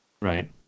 Right